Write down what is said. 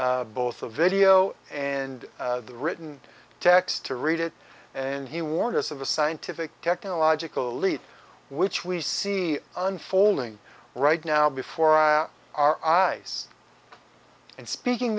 both a video and the written text to read it and he warned us of a scientific technological elite which we see unfolding right now before our eyes and speaking